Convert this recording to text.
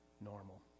normal